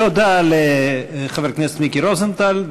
תודה לחבר הכנסת מיקי רוזנטל.